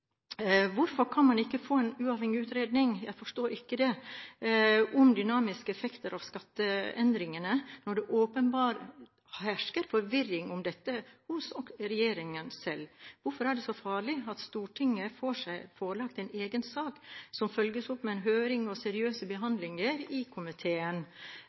man ikke kan få en uavhengig utredning om dynamiske effekter av skatteendringer, når det åpenbart hersker forvirring om dette hos regjeringen selv. Hvorfor er det så farlig at Stortinget får seg forelagt en egen sak som følges opp av høringer og seriøs behandling i komiteen?